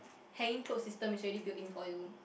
hanging clothes system is already built in for you